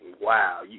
wow